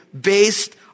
Based